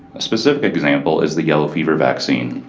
a specific example is the yellow fever vaccine.